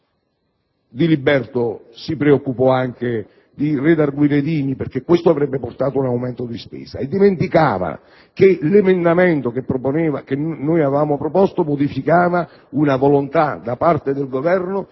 Diliberto si preoccupò anche di redarguire Dini perché questo avrebbe portato un aumento di spesa e dimenticava che l'emendamento da noi proposto modificava una volontà da parte del Governo di spendere 14 milioni